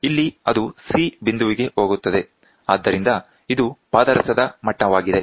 ಇಲ್ಲಿ ಅದು C ಬಿಂದುವಿಗೆ ಹೋಗುತ್ತದೆ ಆದ್ದರಿಂದ ಇದು ಪಾದರಸದ ಮಟ್ಟವಾಗಿದೆ